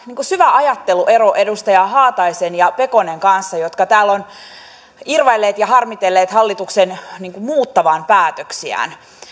syvä ajatteluero edustajien haatainen ja pekonen kanssa jotka täällä ovat irvailleet ja harmitelleet hallituksen muuttavan päätöksiään